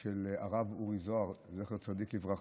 של הרב אורי זוהר, זכר צדיק לברכה,